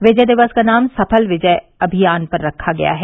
विजय दिवस का नाम सफल विजय अभियान पर रखा गया है